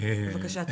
בבקשה.